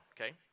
okay